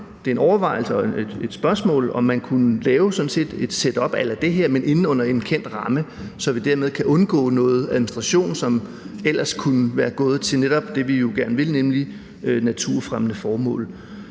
man ikke overveje, om man kunne lave et setup a la det her, men inde under en kendt ramme, så vi dermed kan undgå noget administration, hvorfor den besparede udgift så kan gå til netop det, vi gerne vil, nemlig naturfremmende formål?